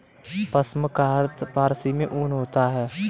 पश्म का अर्थ फारसी में ऊन होता है